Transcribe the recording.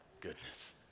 goodness